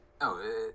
No